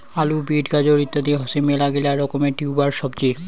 আলু, বিট, গাজর ইত্যাদি হসে মেলাগিলা রকমের টিউবার সবজি